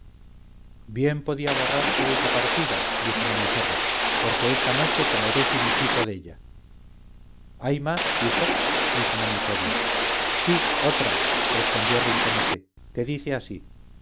bien podía borrarse esa partida dijo maniferro porque esta noche traeré finiquito della hay más hijo dijo monipodio sí otra respondió rinconete que dice así